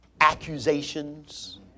accusations